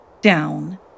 down